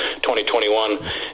2021